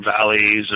Valleys